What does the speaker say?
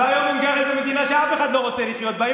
היום הונגריה זאת מדינה שאף אחד לא רוצה לחיות בה,